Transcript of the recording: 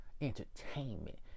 entertainment